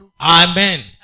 Amen